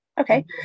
okay